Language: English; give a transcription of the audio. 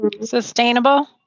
Sustainable